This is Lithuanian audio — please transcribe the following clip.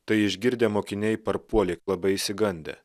tai išgirdę mokiniai parpuolė labai išsigandę